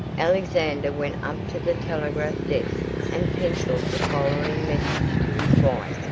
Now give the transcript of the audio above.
alexander went up to the telegraph-desk and penciled the following message to his wife